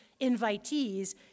invitees